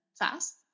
fast